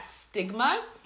stigma